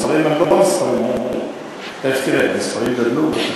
המספרים הם לא המספרים, תכף תראה, המספרים גדלו.